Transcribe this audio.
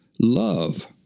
Love